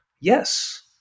yes